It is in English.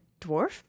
dwarf